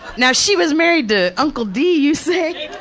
now she was married to uncle dee you say?